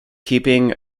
keeping